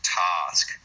task